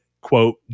quote